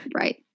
Right